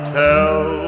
tell